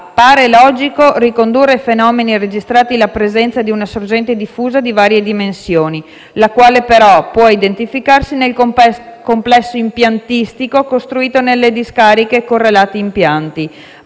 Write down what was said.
appare logico ricondurre i fenomeni registrati alla presenza di una sorgente diffusa di varie dimensioni, la quale può però identificarsi nel complesso impiantistico costruito nelle discariche e correlati impianti.